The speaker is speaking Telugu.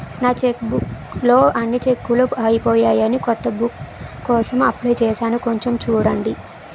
నా చెక్బుక్ లో అన్ని చెక్కులూ అయిపోయాయని కొత్త బుక్ కోసం అప్లై చేసాను కొంచెం చూడండి